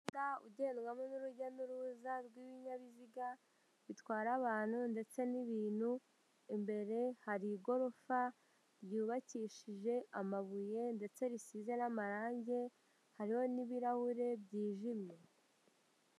Umuhanda ugendwamo n'urujya n'uruza rw'ibinyabiziga bitwara abantu ndetse n'ibintu. Imbere hari igorofa ryubakishije amabuye ndetse risize n'amarangi, hariho n'ibirahure byijimye.